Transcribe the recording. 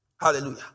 Hallelujah